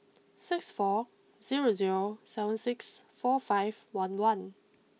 six four zero zero seven six four five one one